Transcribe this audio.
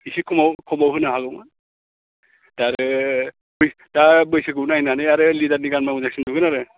एसे खमाव खमाव होनो हाबावगोन दा आरो दा बैसोखौ नायनानै आरो लिडारनि गानबा मोजांसिन नुगोन आरो